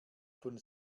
von